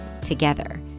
Together